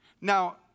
Now